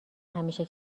همیشه